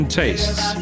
tastes